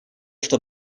что